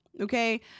okay